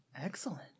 Excellent